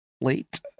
late